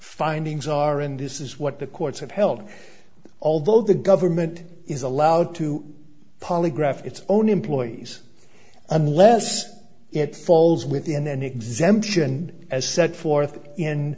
findings are in this is what the courts have held although the government is allowed to polygraph its own employees unless it falls within an exemption as set forth in